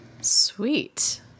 Sweet